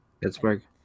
Pittsburgh